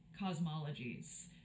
cosmologies